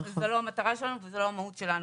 זו לא המטרה שלנו וזו לא המהות שלנו.